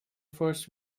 first